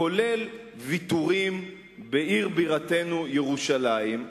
בכללם ויתורים בעיר בירתנו ירושלים,